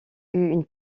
une